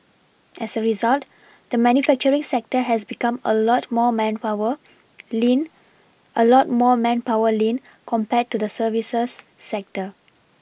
as a result the manufacturing sector has become a lot more manpower lean a lot more manpower lean compared to the services sector